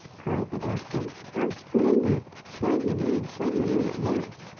cried the doctor. how splendid! show him in show him in at once.